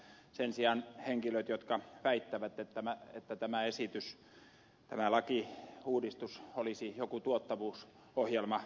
sen sijaan henkilöt jotka väittävät että tämä esitys tämä laki uudistus olisi joku tuottavuus ohjelmaa